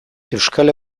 euskal